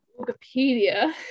wikipedia